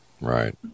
Right